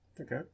Okay